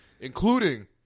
including